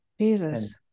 Jesus